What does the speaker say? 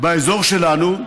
באזור שלנו,